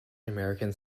american